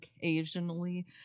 occasionally